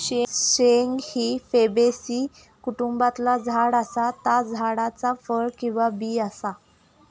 शेंग ही फॅबेसी कुटुंबातला झाड असा ता झाडाचा फळ किंवा बी असा